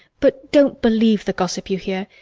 but don't believe the gossip you hear.